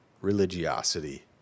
religiosity